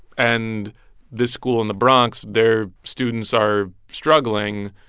and this school in the bronx their students are struggling?